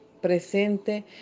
Presente